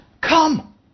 come